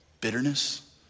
bitterness